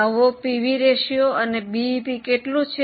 નવો PV ratio અને BEP કેટલુ છે